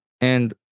And-